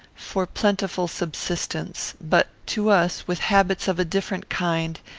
for plentiful subsistence but to us, with habits of a different kind,